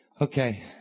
okay